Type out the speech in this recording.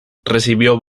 recibió